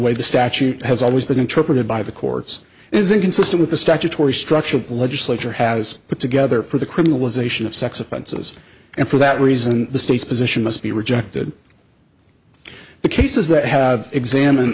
way the statute has always been interpreted by the courts is inconsistent with the statutory structure of legislature has put together for the criminalization of sex offenses and for that reason the state's position must be rejected the cases that have examined